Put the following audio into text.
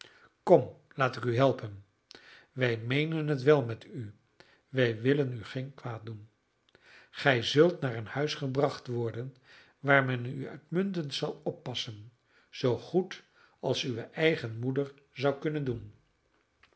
kom laat ik u helpen wij meenen het wel met u wij willen u geen kwaad doen gij zult naar een huis gebracht worden waar men u uitmuntend zal oppassen zoogoed als uwe eigene moeder zou kunnen doen